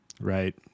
Right